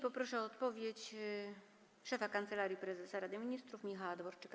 Poproszę o odpowiedź szefa Kancelarii Prezesa Rady Ministrów Michała Dworczyka.